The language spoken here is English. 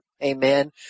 Amen